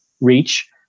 reach